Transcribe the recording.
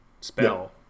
spell